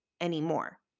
anymore